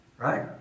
right